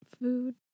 food